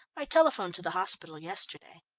i telephoned to the hospital yesterday.